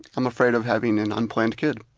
i'm afraid of having an unplanned kid.